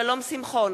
שלום שמחון,